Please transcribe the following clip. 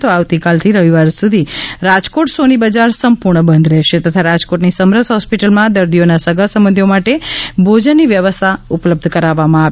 તો આવતીકાલથી રવિવાર સુધી રાજકોટ સોની બજાર સંપૂર્ણ બંધ રહેશે તથા રાજકોટની સમરસ હોસ્પિટલમાં દર્દીઓના સગા સંબધીઓ માટે ભોજનની વ્યવસ્થા ઉપલબ્ધ કરાવવામા આવી